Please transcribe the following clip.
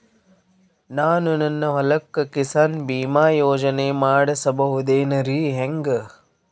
ನಾನು ನನ್ನ ಹೊಲಕ್ಕ ಕಿಸಾನ್ ಬೀಮಾ ಯೋಜನೆ ಮಾಡಸ ಬಹುದೇನರಿ ಹೆಂಗ?